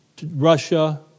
Russia